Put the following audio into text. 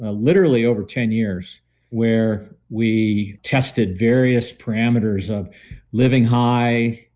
ah literally over ten years where we tested various parameters of living high,